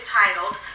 titled